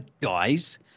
guys